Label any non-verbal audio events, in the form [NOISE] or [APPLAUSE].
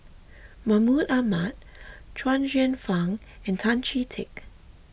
Mahmud Ahmad [NOISE] Chuang Hsueh Fang and Tan Chee Teck